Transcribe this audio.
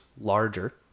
larger